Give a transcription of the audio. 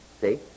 See